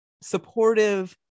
supportive